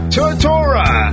Tortora